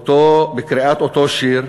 בקריאת אותו שיר